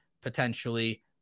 potentially